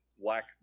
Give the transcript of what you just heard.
Black